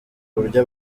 uburyo